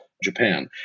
Japan